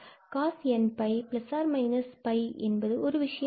Cosn𝜋 ±𝜋 என்பது ஒரு விஷயமல்ல